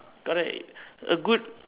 correct a good